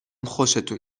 خوشتون